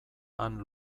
han